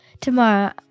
tomorrow